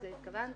לזה התכוונתי,